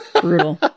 Brutal